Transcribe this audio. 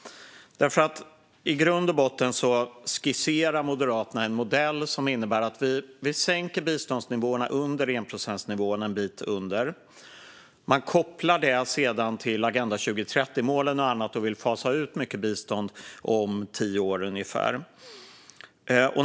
I grund och botten skisserar Moderaterna en modell som innebär att vi sänker biståndsnivåerna en bit under enprocentsnivån. Man kopplar det sedan till Agenda 2030-målen och annat och vill fasa ut mycket bistånd om ungefär tio år.